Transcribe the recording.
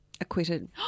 Acquitted